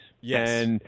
Yes